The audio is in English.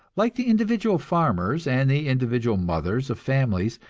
like the individual farmers and the individual mothers of families,